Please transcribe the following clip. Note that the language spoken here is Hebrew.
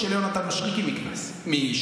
של יונתן מישרקי מש"ס.